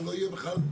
לא, באמת.